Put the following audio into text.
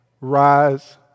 rise